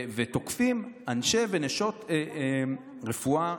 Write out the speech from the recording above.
ותוקפים אנשי ונשות רפואה,